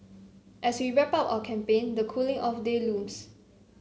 as we wrap up our campaign the cooling off day looms